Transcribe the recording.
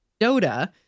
Dota